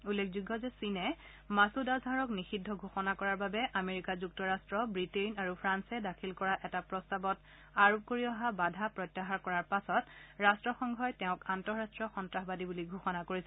উল্লেখযোগ্য যে চীনে মাছুদ আজহাৰক নিষিদ্ধ ঘোষণা কৰাৰ বাবে আমেৰিকা যুক্তৰাট্ট ৱিটেইন আৰু ফ্ৰান্সে দাখিল কৰা এটা প্ৰস্তাৱত আৰোপ কৰি অহা বাধা প্ৰত্যাহাৰ কৰাৰ পাছত ৰট্টসংঘই তেওঁক আন্তঃৰাষ্ট্ৰীয় সন্নাসবাদী বুলি ঘোষণা কৰিছিল